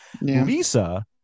Lisa